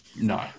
No